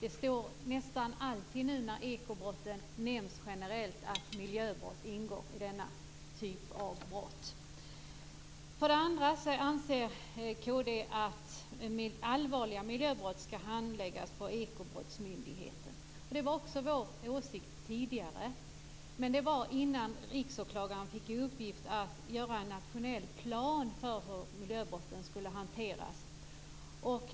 När ekobrotten nämns generellt säger man nästan alltid att miljöbrott ingår i denna kategori av brott. Kd anser att allvarliga miljöbrott ska handläggas på Ekobrottsmyndigheten. Det var också vår åsikt tidigare, men det var innan Riksåklagaren fick i uppgift att göra en nationell plan över hur miljöbrotten skulle hanteras.